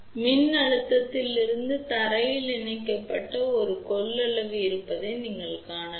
எனவே மின்னழுத்தத்திலிருந்து தரையில் இணைக்கப்பட்ட ஒரு கொள்ளளவு இருப்பதை நீங்கள் காணலாம்